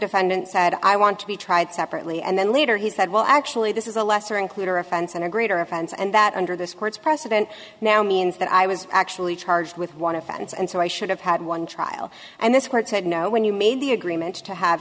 defendant said i want to be tried separately and then later he said well actually this is a lesser included offense and a greater offense and that under this court's precedent now means that i was actually charged with one offense and so i should have had one trial and this court said no when you made the agreement to have